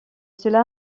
cela